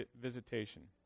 visitation